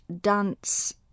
dance